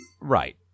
Right